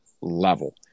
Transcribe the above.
level